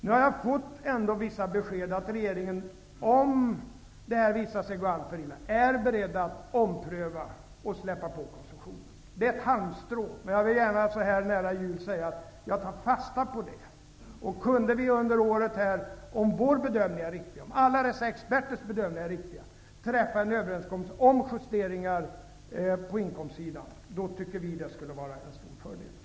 Nu har jag ändå fått vissa besked om att regeringen, om det här visar sig gå alltför illa, är beredd att ompröva och släppa på konsumtionen. Det är ett halmstrå, men jag vill ändå, så här nära jul, säga att jag tar fasta på det. Kunde vi under året, om vår bedömning är riktig och om alla experters bedömningar är riktiga, träffa en överenskommelse om justeringar på inkomstsidan, tycker vi att det skulle vara en stor fördel.